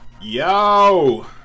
Yo